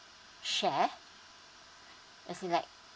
share is it like